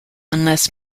unless